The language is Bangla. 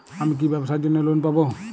আমি কি ব্যবসার জন্য লোন পাব?